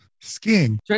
skiing